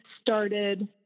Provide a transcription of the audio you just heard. started